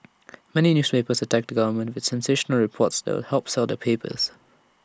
many newspapers attack the government with sensational reports that help sell their papers